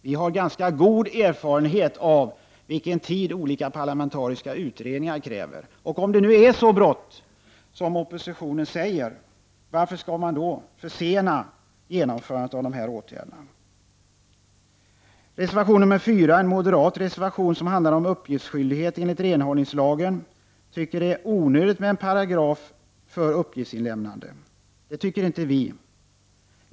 Vi har ganska god erfarenhet av vilken tid olika parlamentariska utredningar kräver, och om det nu är så bråttom som oppositionen säger, varför skall man då försena genomförandet av dessa åtgärder? Den moderata reservationen 4 handlar om uppgiftsskyldighet enligt renhållningslagen. Man tycker att det är onödigt med en paragraf för uppgiftsinlämnande, men det tycker inte utskottsmajoriteten.